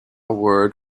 word